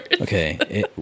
Okay